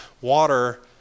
water